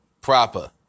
proper